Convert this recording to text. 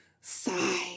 Sigh